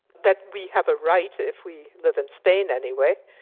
that we have a right, if we live in spain anyway,